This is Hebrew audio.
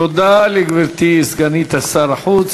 תודה לגברתי סגנית שר החוץ.